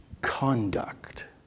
conduct